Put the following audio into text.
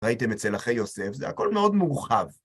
ראיתם אצל אחי יוסף, זה הכל מאוד מורחב.